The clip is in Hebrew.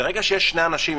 ברגע שיש שני אנשים,